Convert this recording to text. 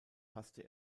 passte